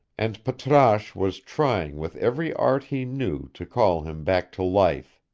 and patrasche was trying with every art he knew to call him back to life.